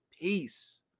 peace